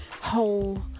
whole